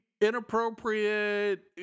inappropriate